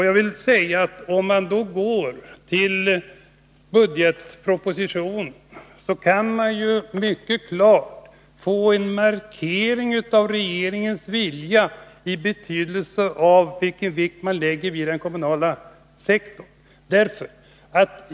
Regeringen gör i budgetpropositionen en mycket klar markering av vilken vikt man lägger vid den kommunala sektorn.